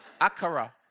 Akara